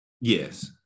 yes